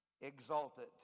exalted